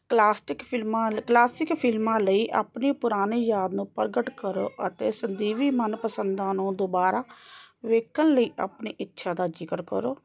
plastic ਫ਼ਿਲਮਾਂ classic ਫ਼ਿਲਮਾਂ ਲਈ ਆਪਣੇ ਪੁਰਾਣੇ ਯਾਰ ਨੂੰ ਪ੍ਰਗਟ ਕਰੋ ਅਤੇ ਸੰਦੀਵੀ ਮਨਪਸੰਦਾਂ ਨੂੰ ਦੁਬਾਰਾ ਵੇਖਣ ਲਈ ਆਪਣੀ ਇੱਛਾ ਦਾ ਜ਼ਿਕਰ ਕਰੋ